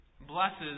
blesses